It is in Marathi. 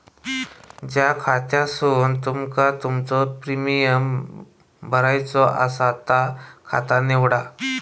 ज्या खात्यासून तुमका तुमचो प्रीमियम भरायचो आसा ता खाता निवडा